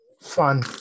fun